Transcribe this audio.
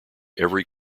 every